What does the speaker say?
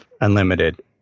unlimited